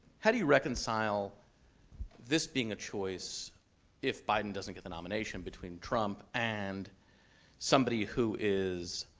how do you reconcile this being a choice if biden doesn't get the nomination between trump and somebody who is,